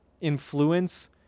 influence